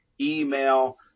email